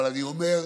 אבל אני אומר,